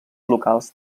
locals